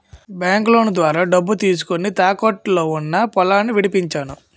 బాంకులోను ద్వారా డబ్బు తీసుకొని, తాకట్టులో ఉన్న పొలాన్ని విడిపించేను